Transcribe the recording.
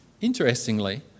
Interestingly